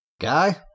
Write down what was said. guy